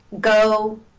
go